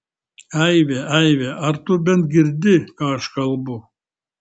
aive aive ar tu bent girdi ką aš kalbu